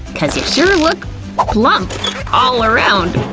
cuz you sure look plump all around!